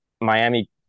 Miami